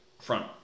front